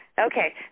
Okay